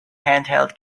handheld